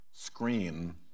screen